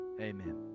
amen